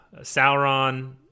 Sauron